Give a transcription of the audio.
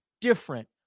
different